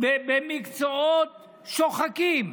במקצועות שוחקים,